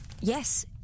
Yes